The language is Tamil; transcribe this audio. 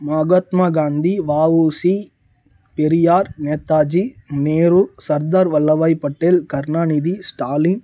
மகாத்மா காந்தி வ உ சி பெரியார் நேதாஜி நேரு சர்தா வல்லபாய் பட்டேல் கருணாநிதி ஸ்டாலின்